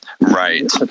Right